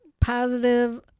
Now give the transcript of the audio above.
positive